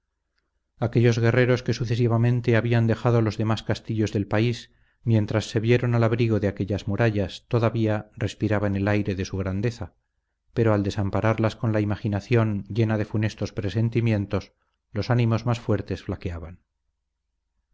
aquellos guerreros que sucesivamente habían dejado los demás castillos del país mientras se vieron al abrigo de aquellas murallas todavía respiraban el aire de su grandeza pero al desampararlas con la imaginación llena de funestos presentimientos los ánimos más fuertes flaqueaban